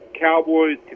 Cowboys